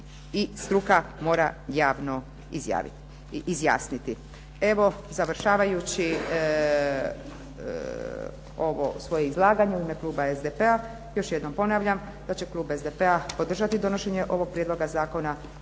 i struka mora javno izjasniti. Evo završavajući ovo svoje izlaganje u ime kluba SDP-a još jednom ponavljam da će klub SDP-a podržati donošenje ovog prijedloga zakona.